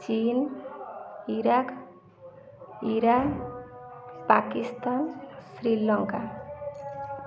China Iraq Iran Pakistan Sri Lanka